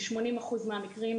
ב-80% מהמקרים,